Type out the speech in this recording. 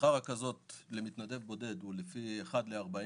שכר רכזות למתנדב בודד הוא לפי 1 ל-40